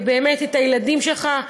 את הילדים שלך,